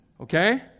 Okay